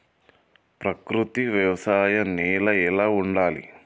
ప్రకృతి వ్యవసాయం నేల ఎట్లా ఉండాలి?